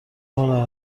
هنر